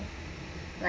like